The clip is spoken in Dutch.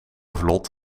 vlot